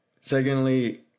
Secondly